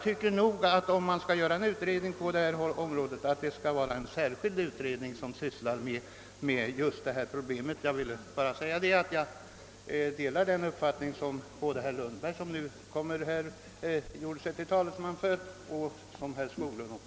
Skall det göras en utredning i denna fråga, bör det enligt min mening vara en särskild utredning som sysslar just med detta problem. Jag vill alltså meddela att jag delar den uppfattning som herr Lundberg och herr Skoglund här har uttryckt.